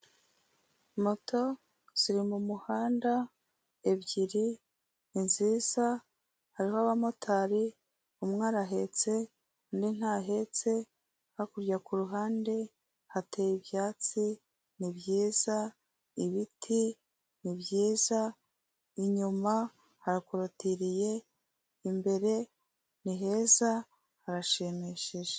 Moto ziri mu muhanda ebyiri, ni nziza, hariho abamotari, umwe arahetse undi ntahetse, hakurya ku ruhande hateye ibyatsi, ni byiza, ibiti ni byiza inyuma harakorutiriye, imbere ni heza harashimishije.